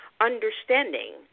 understanding